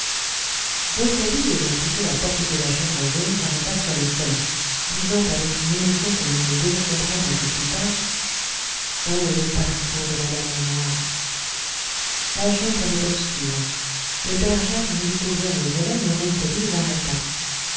rouletabille ayant poussé la porte de la chambre jaune s'arrêta sur le seuil disant avec une émotion que je ne devais comprendre que plus tard oh le parfum de la dame en noir la chambre était obscure le père jacques voulut ouvrir les volets mais rouletabille l'arrêta